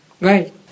Right